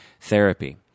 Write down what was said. therapy